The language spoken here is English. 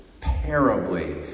terribly